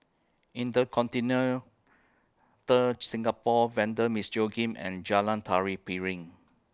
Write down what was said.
InterContinental Ter Singapore Vanda Miss Joaquim and Jalan Tari Piring